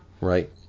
Right